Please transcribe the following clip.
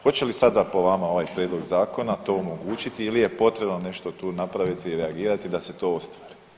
Hoće li sada po vama ovaj prijedlog zakona to omogućiti ili je potrebno nešto tu napraviti i reagirati da se to ostvari?